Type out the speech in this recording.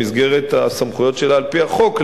במסגרת הסמכויות שלה על-פי החוק,